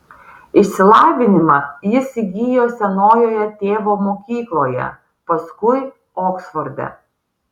išsilavinimą jis įgijo senojoje tėvo mokykloje paskui oksforde